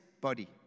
body